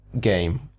game